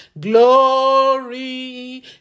glory